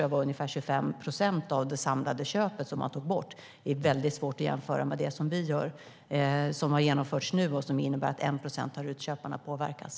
Det var ungefär 25 procent av det samlade köpet. Det är svårt att jämföra med det som har genomförts nu och som innebär att 1 procent av RUT-köparna påverkas.